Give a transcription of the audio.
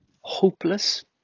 hopeless